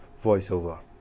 voiceover